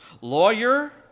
lawyer